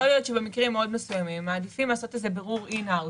יכול להיות שבמקרים מסוימים מאוד מעדיפים לעשות איזה בירור in house.